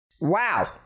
Wow